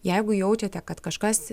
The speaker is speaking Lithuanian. jeigu jaučiate kad kažkas